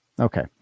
Okay